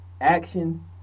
Action